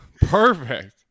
Perfect